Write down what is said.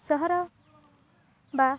ସହର ବା